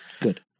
Good